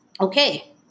okay